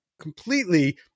completely